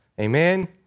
Amen